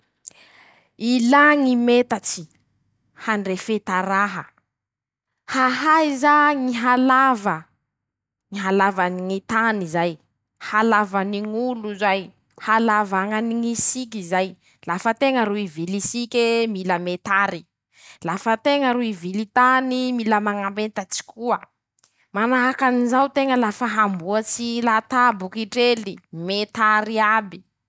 Ila ñy metatsy handrefeta raha, hahaiza ñy halava, ñy halavany ñy tany zay, halavany ñ'olo zay, havalañany ñy siky zay, lafa teña ro ivily sike mila metarye, lafa teña ro ivily tane mila mañametatsy koa, manahakan'izao teña lafa hamboatsy latabo, kitrely metar'iaby.